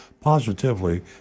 Positively